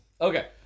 Okay